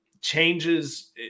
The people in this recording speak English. changes